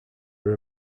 are